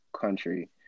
country